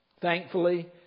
Thankfully